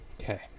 Okay